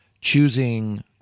choosing